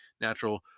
natural